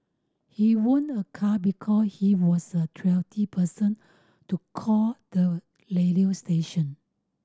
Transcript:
he won a car because he was a twenty person to call the radio station